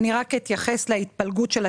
אני רק אתייחס להתפלגות של התקציב.